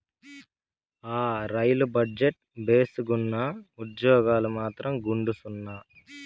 ఆ, rail budget భేసుగ్గున్నా, ఉజ్జోగాలు మాత్రం గుండుసున్నా